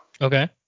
Okay